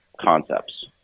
concepts